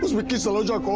vicky saluja.